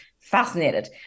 fascinated